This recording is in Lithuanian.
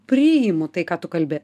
priimu tai ką tu kalbi